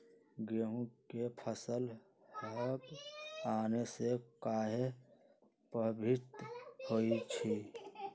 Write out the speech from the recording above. गेंहू के फसल हव आने से काहे पभवित होई छई?